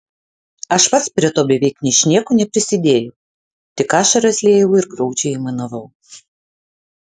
aš pats prie to beveik ničnieko neprisidėjau tik ašaras liejau ir graudžiai aimanavau